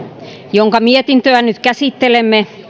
jonka mietintöä nyt käsittelemme